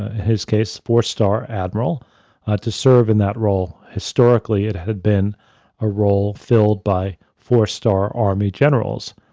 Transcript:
his case, four-star admiral to serve in that role. historically, it had had been a role filled by four-star army generals.